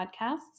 Podcasts